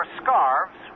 scarves